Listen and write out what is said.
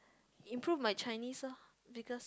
improve my Chinese lor because